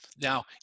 Now